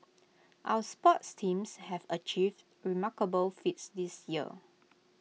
our sports teams have achieved remarkable feats this year